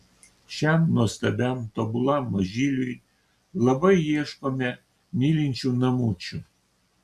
šiam nuostabiam tobulam mažyliui labai ieškome mylinčių namučių